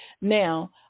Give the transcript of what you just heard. Now